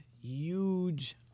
huge